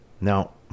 Now